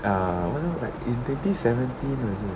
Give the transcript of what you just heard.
ah !wah! that was like in twenty seventeen is it